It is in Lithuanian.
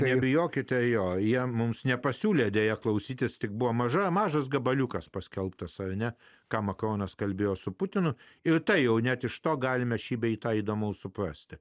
nebijokite jo jie mums nepasiūlė deja klausytis tik buvo maža mažas gabaliukas paskelbtas ar ne ką makronas kalbėjo su putinu ir tai jau net iš to galime šį bei tą įdomaus suprasti